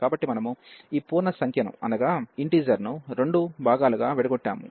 కాబట్టి మనము ఈ పూర్ణ సంఖ్యని రెండు భాగాలుగా విడగొట్టాము